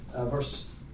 verse